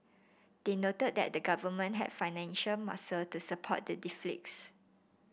they noted that the government have financial muscle to support the deficits